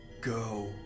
go